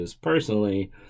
personally